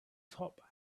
top